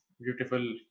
beautiful